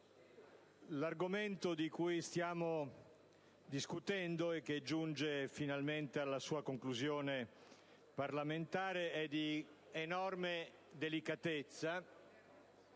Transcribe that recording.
l'argomento di cui stiamo discutendo e che finalmente giunge alla sua conclusione parlamentare è di enorme delicatezza.